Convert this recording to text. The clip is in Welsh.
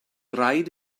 rhaid